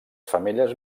femelles